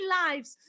lives